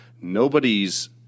Nobody's